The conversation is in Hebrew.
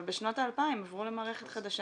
אבל בשנות האלפיים הם עברו למערכת חדשה